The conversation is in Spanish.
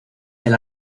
del